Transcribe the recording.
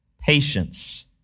patience